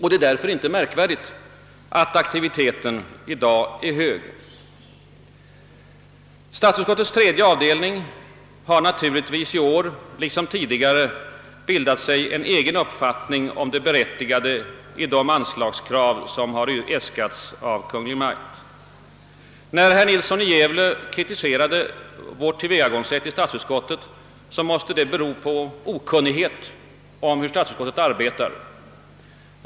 Det är därför inte märkvärdigt att ifrågavarande aktivitet i dag är hög. Statsutskottets tredje avdelning har naturligtvis i år liksom tidigare bildat sig en egen uppfattning om det berättigade i det anslagskrav som här framställts av Kungl. Maj:t. Att herr Nilsson i Gävle kritiserar vårt tillvägagångssätt måste bero på okunnighet om hur statsutskottet arbetar.